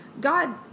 god